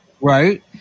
right